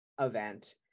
event